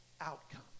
outcome